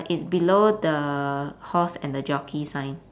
it's below the horse and the jockey sign